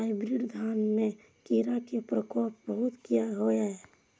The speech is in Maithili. हाईब्रीड धान में कीरा के प्रकोप बहुत किया होया?